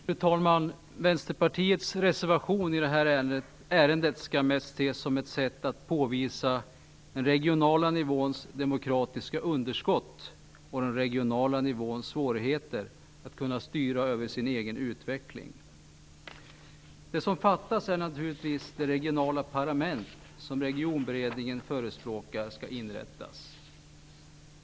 Fru talman! Vänsterpartiets reservation i det här ärendet skall mest ses som ett sätt att påvisa den regionala nivåns demokratiska underskott och den regionala nivåns svårigheter att styra sin egen utveckling. Det som fattas är naturligtvis det regionala parlament som Regionberedningen förespråkar skall inrättas.